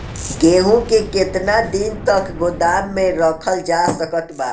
गेहूँ के केतना दिन तक गोदाम मे रखल जा सकत बा?